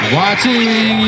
watching